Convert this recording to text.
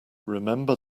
remember